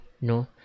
No